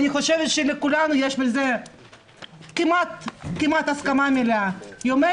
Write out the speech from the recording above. ואני חושבת שיש בזה כמעט הסכמה מלאה: ימי